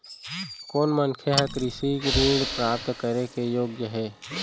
कोन मनखे ह कृषि ऋण प्राप्त करे के योग्य हे?